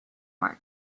mark